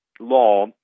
law